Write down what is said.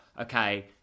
Okay